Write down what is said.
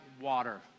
water